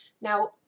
now